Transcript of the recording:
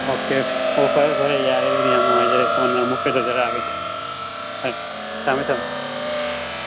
okay ꯑꯣ ꯐꯔꯦ ꯐꯔꯦ ꯌꯥꯔꯦ ꯑꯗꯨꯗꯤ ꯌꯥꯝ ꯅꯨꯡꯉꯥꯏꯖꯔꯦ ꯀꯣꯟꯅ ꯑꯃꯨꯛ ꯑꯩ ꯇꯧꯖꯔꯛꯑꯒꯦ ꯍꯣꯏ ꯊꯝꯃꯦ ꯊꯝꯃꯦ